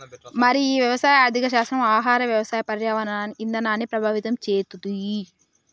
మరి ఈ వ్యవసాయ ఆర్థిక శాస్త్రం ఆహార వ్యవసాయ పర్యావరణ ఇధానాన్ని ప్రభావితం చేతుంది